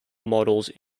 models